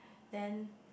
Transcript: then